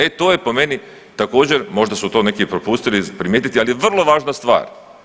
E to je po meni također možda su to neki propustili primijetiti ali je vrlo važna stvar.